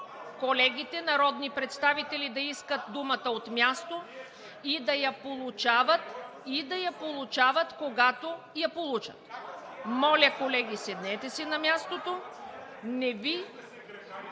колегите народни представители да искат думата от място и да получават, когато я получат. (Шум и реплики.) Моля, колеги, седнете си на мястото! Не Ви